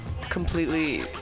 completely